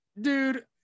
dude